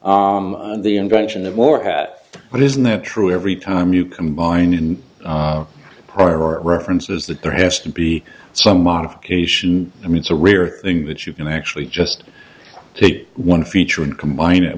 to the invention of more hat but isn't that true every time you combine in prior art reference is that there has to be some modification i mean it's a rare thing that you can actually just take one feature and combine it